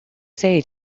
say